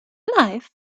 life